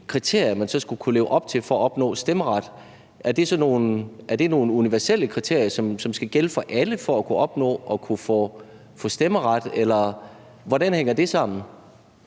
kriterier, man så skal kunne leve op til for at opnå stemmeret, nogle universelle kriterier, som skal gælde for alle for at kunne få stemmeret? Eller hvordan hænger det sammen?